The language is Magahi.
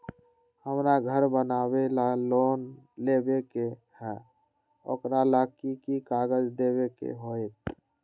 हमरा घर बनाबे ला लोन लेबे के है, ओकरा ला कि कि काग़ज देबे के होयत?